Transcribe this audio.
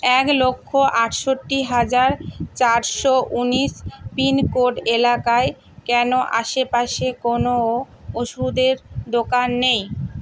এক লক্ষ আটষট্টি হাজার চারশো উনিশ পিনকোড এলাকায় কেন আশেপাশে কোনও ওষুধের দোকান নেই